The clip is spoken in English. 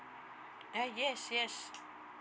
ah yes yes